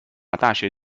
大学